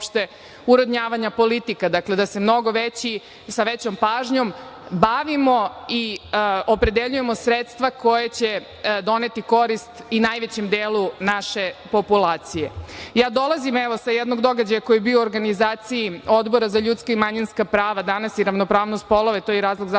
uravnavanja politika, dakle, da se sa mnogo većom pažnjom bavimo i opredeljujemo sredstva koja će doneti korist i najvećem delu naše populacije. Ja dolazim, evo, sa jednog događaja koji je bio u organizaciji Odbora za ljudska i manjinska prava i ravnopravnost polova, to je i razlog zašto